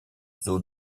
zoo